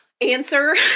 answer